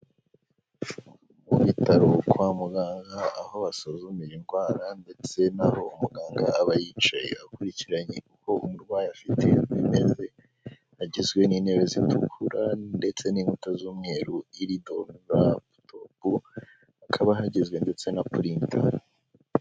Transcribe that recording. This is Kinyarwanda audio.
Mu bitaro kwa muganga aho basuzumira indwara ndetse n'aho umuganga aba yicaye akurikiranye uko umurwayi afite ameza, hagizwe n'intebe zitukura ndetse n'inkuto z'umweru irido ratogo hakaba ahagizwe ndetse na prita.